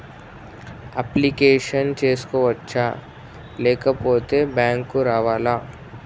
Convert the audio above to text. Application చేసుకోవచ్చా లేకపోతే bank రావాలా?